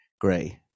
Gray